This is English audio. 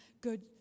good